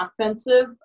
offensive